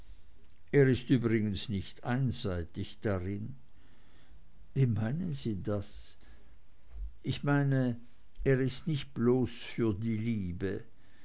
er ist übrigens nicht einseitig darin wie meinen sie das ich meine er ist nicht bloß für die liebe